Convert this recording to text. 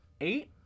eight